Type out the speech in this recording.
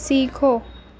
سیکھو